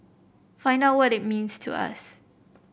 find out what it means to us